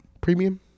Premium